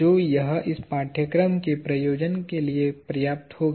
जो यह इस पाठ्यक्रम के प्रयोजन के लिए पर्याप्त होगा